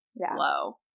slow